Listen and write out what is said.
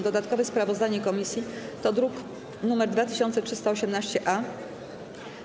Dodatkowe sprawozdanie komisji to druk nr 2318-A.